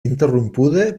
interrompuda